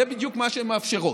זה בדיוק מה שהם מאפשרים.